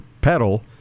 pedal